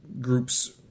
groups